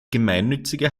gemeinnützige